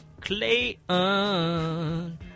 Clayton